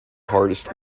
hardest